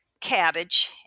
Cabbage